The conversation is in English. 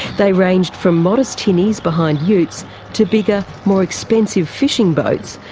they ranged from modest tinnies behind utes to bigger, more expensive fishing boats,